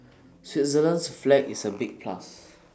Switzerland's flag is A big plus